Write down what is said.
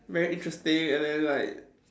very interesting and then like